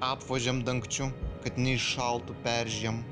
apvožiam dangčiu kad neiššaltų peržiem